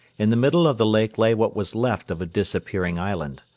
in the middle of the lake lay what was left of a disappearing island.